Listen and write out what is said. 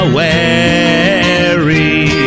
wary